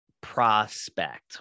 Prospect